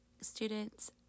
students